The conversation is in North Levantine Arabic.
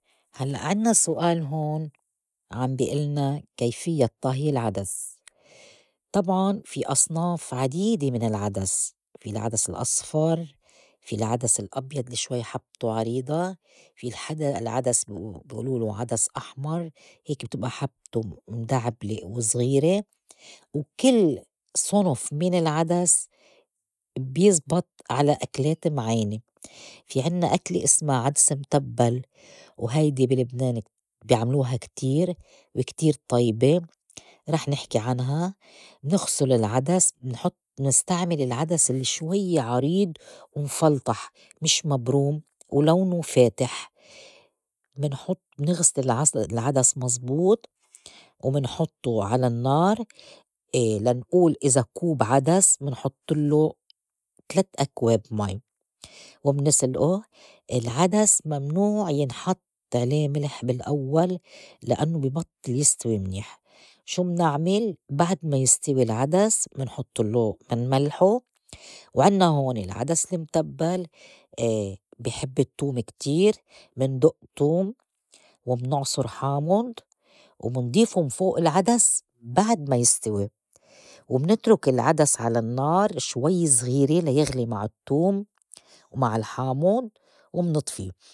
هلأ عنا سؤال هون عم بي إلنا كيفيّة طهي العدس؟ طبعاً في أصناف عديدة من العدس في العدس الأصفر، في العدس الأبيض لشوي حبْتوا عريضة، في الحا- العدس بي ئُلولو عدس أحمر هيك بتبقئى حبتو مدعبلة وزغيرة، وكل صنف من العدس بيزبط على أكلات معيْنة. في عنّا أكلة اسما عدس متبّل وهيدي بي لبنان بيعملوها كتير وكتير طيبة رح نحكي عنها، منغسُل العدس، منحط منستعمل العدس الشويّة عريض ومفلطح مش مبروم ولونو فاتح، منحط منغسل العص- العدس مزبوط ومنحطّو على النّار. لنئول إذا كوب عدس منحطلّو تلات أكواب ماي ومنسلئو. العدس ممنوع ينحط علي ملح بالأوّل لأنّو ببطّل يستوي منيح شو منعمل بعد ما يستوي العدس منحطلّو منملحو. وعنّا هون العدس المتبّل بي حب التّوم كتير مندُق توم، ومنعصُر حامّض، ومنضيفُن فوئ العدس بعد ما يستوي، ومنترُك العدس على النّار شوي زغيرة ليغلي مع التّوم ومع الحامُض ومنطفّي.